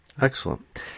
Excellent